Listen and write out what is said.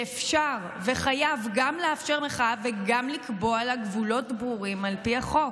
שאפשר וחייב גם לאפשר מחאה וגם לקבוע לה גבולות ברורים על פי החוק.